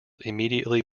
immediately